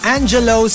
Angelo